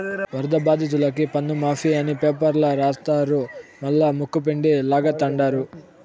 వరద బాధితులకి పన్నుమాఫీ అని పేపర్ల రాస్తారు మల్లా ముక్కుపిండి లాగతండారు